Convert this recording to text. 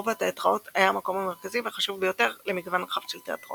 רובע התיאטראות היה המקום המרכזי והחשוב ביותר למגוון רחב של תיאטראות.